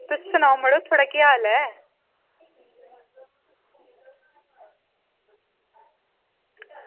तुस सनाओ मड़ो थुआढ़ा केह् हाल ऐ